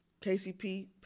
KCP